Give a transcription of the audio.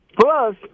plus